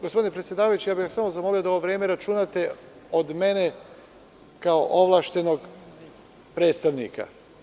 Gospodine predsedavajući, samo bih vas zamolio da ovo vreme računate od vremena ovlašćenog predstavnika.